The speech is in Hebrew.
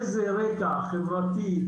איזה רקע חברתי,